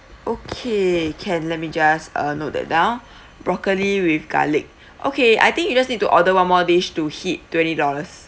okay can let me just uh note that down broccoli with garlic okay I think you just need to order one more dish to hit twenty dollars